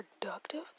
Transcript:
productive